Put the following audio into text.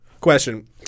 Question